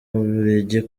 bubiligi